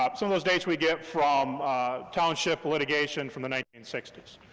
um some of those dates we get from township litigation from the nineteen sixty s.